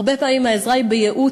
הרבה פעמים העזרה היא בייעוץ.